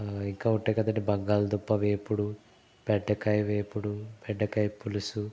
ఇంకా ఉంటాయి కదండీ బంగాళదుంప వేపుడు బెండకాయ వేపుడు బెండకాయ పులుసు